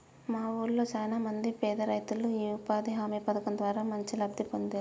మా వూళ్ళో చానా మంది పేదరైతులు యీ ఉపాధి హామీ పథకం ద్వారా మంచి లబ్ధి పొందేరు